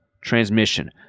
transmission